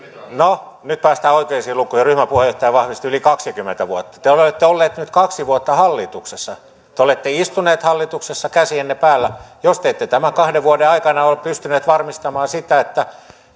no nyt päästään oikeisiin lukuihin ryhmäpuheenjohtaja vahvisti yli kaksikymmentä vuotta te olette olleet nyt kaksi vuotta hallituksessa te olette istuneet hallituksessa käsienne päällä jos te ette tämän kahden vuoden aikana ole pystyneet varmistamaan sitä että